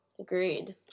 Agreed